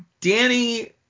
Danny